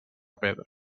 pedres